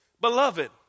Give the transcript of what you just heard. Beloved